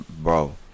bro